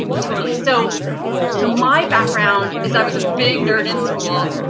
totally. so so my background is i was a big nerd in school.